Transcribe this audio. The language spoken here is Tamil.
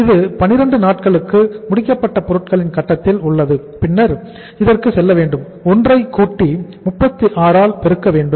இது 12 நாட்களுக்கு முடிக்கப்பட்ட பொருட்களின் கட்டத்தில் உள்ளது பின்னர் இதற்கு செல்ல வேண்டும் 1 ஐ கூட்டி 36 ஆல் பெருக்க வேண்டும்